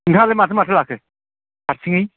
नोंथाङालाय माथो माथो लाखो हारसिङै